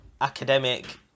academic